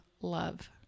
love